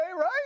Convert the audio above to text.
right